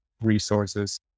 resources